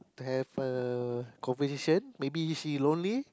to have a conversation maybe she lonely